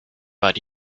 but